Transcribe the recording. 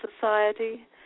society